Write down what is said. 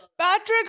Patrick